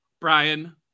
Brian